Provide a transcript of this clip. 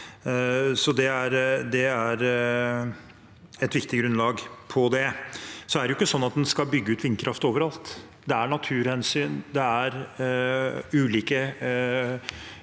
det er et viktig grunnlag. Så er det ikke sånn at en skal bygge ut vindkraft overalt. Det er naturhensyn, det er ulike